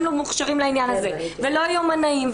הם לא מוכשרים לעניין הזה ולא יומנאים,